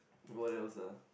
what else ah